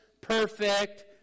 perfect